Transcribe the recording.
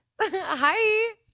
Hi